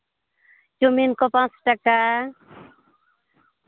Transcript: ᱪᱩᱭᱢᱤᱝ ᱠᱚ ᱯᱟᱸᱪ ᱴᱟᱠᱟ